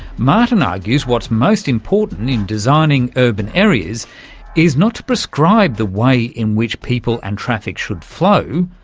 martin argues what's most important in designing urban areas is not to prescribe the way in which people and traffic should flow,